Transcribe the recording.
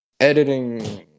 editing